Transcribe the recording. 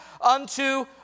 unto